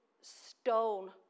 stone